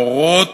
מורות